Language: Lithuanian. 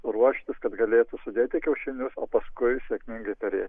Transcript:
ruoštis kad galėtų sudėti kiaušinius o paskui sėkmingai perėti